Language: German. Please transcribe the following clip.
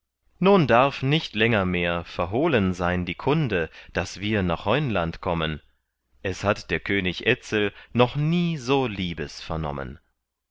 nun darf nicht länger mehr verhohlen sein die kunde daß wir nach heunland kommen es hat der könig etzel noch nie so liebes vernommen